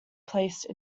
placed